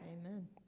Amen